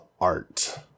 art